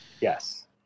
yes